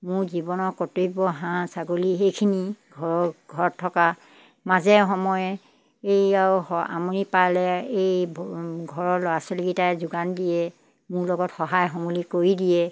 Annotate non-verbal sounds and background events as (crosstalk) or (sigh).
মোৰ জীৱনৰ কৰ্তব্য হাঁহ ছাগলী সেইখিনিয়ে ঘৰ ঘৰত থকা মাজে সময়ে এই আৰু (unintelligible) আমনি পালে এই ঘৰৰ ল'ৰা ছোৱালীকেইটাই যোগান দিয়ে মোৰ লগত সহায় সমূলি কৰি দিয়ে